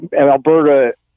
Alberta